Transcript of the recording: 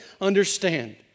understand